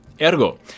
Ergo